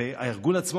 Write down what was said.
הארגון עצמו,